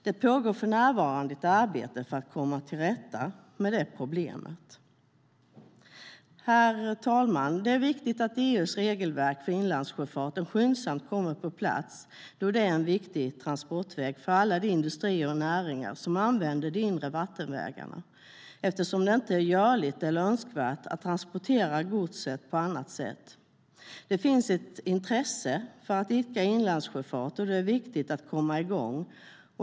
Det pågår för närvarande ett arbete för att komma till rätta med problemet. Herr talman! Det är viktigt att EU:s regelverk för inlandssjöfarten skyndsamt kommer på plats, då det är en viktig transportväg för alla de industrier och näringar som använder de inre vattenvägarna. Det är ju inte görligt eller önskvärt att transportera godset på annat sätt. Det finns ett intresse för att idka inlandssjöfart, och det är viktigt att komma igång.